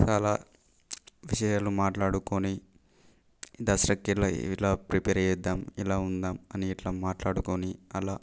చాలా విషయాలు మాట్లాడుకొని దసరాకిలా ఎలా ప్రిపేర్ చేద్దాం ఇలా ఉందాం అని ఇట్లా మాట్లాడుకొని అలా